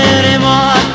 anymore